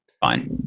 Fine